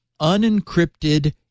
unencrypted